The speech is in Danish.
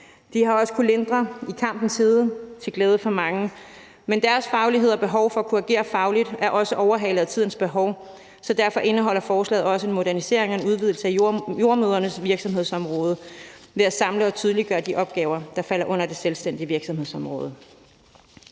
De har også kunnet lindre i kampens hede til glæde for mange, men deres faglighed og behov for at korrigere fagligt er også overhalet af tidens behov, så derfor indeholder forslaget også en modernisering og en udvidelse af jordemødrenes virksomhedsområde ved at samle og tydeliggøre de opgaver, der falder under det selvstændige virksomhedsområde.